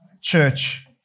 church